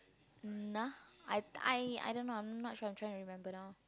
um nah I I I don't know I'm not sure I'm trying to remember now